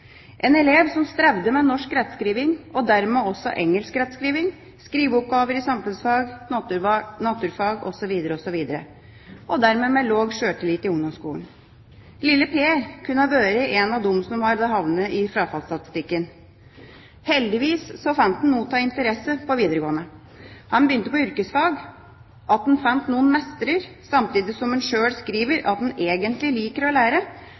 en elev som strevde med norsk rettskriving, og dermed også med engelsk rettskriving, skriveoppgaver i samfunnsfag, naturfag osv., og dermed hadde han lav selvtillit i ungdomsskolen. Lille Per kunne ha vært en av dem som hadde havnet på frafallsstatistikken. Heldigvis fant han noe av interesse på videregående. Han begynte på yrkesfag. At han fant noe han mestrer, samtidig som han sjøl skriver at han egentlig liker å lære,